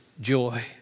joy